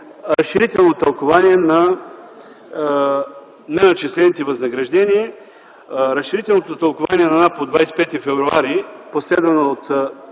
разширително тълкувание на „неначислени възнаградения”. Разширителното тълкувание на НАП от 25 февруари, последвано от